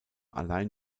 allein